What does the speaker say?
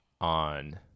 on